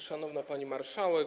Szanowna Pani Marszałek!